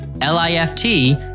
L-I-F-T